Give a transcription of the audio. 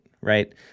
Right